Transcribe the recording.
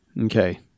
Okay